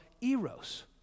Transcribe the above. eros